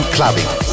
Clubbing